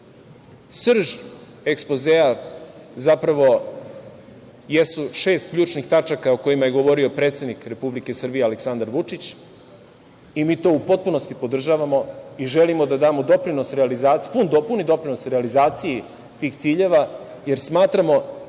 Srž ekspozea zapravo jesu šest ključnih tačaka o kojima je govorio predsednik Republike Srbije Aleksandar Vučić. Mi to u potpunosti podržavamo i želimo da damo pun doprinos realizaciji tih ciljeva, jer smatramo